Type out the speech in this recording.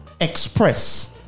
express